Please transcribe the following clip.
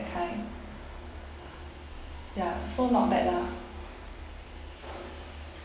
kind ya so not bad lah